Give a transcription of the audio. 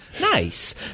Nice